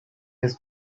his